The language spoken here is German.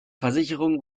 versicherungen